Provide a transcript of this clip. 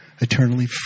eternally